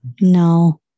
No